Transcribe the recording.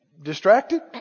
distracted